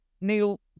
Neil